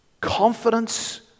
Confidence